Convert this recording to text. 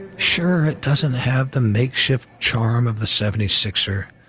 sure, it doesn't have the makeshift charm of the seventy six er,